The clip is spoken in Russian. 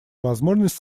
возможность